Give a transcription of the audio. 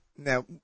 Now